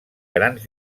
grans